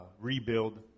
rebuild